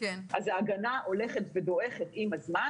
אז ההגנה הולכת ודועכת עם הזמן.